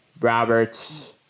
Roberts